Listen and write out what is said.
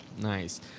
nice